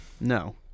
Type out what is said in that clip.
No